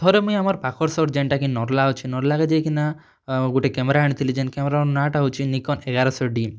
ଥରେ ମୁଁଇ ଆମର ପାଖର ସହର ଜେନଟା କି ନରଲା ଅଛି ନରଲାକେ ଜାଇକିନା ଗୋଟେ କ୍ୟାମେରା ଆଣିଥିଲି ଜେନ କ୍ୟାମେରାର ନାଁଟା ହଉଚି ନିକନ ଏୟାରସ ଡ଼ି